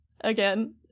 Again